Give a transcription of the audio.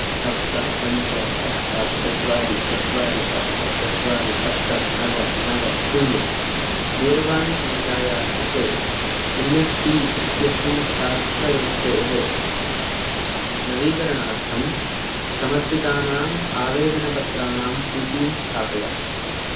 सप्त पञ्च अष्ट चत्वारि चत्वारि अष्ट चत्वारि अष्ट नव नव शून्यं दूरवाणीसङ्ख्यायाः कृते एन् एस् पी इत्यस्मिन् छात्रवृत्तेः नवीकरणार्थं समर्पितानाम् आवेदनपत्राणां सूचीं स्थापय